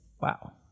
Wow